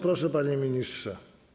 Proszę, panie ministrze.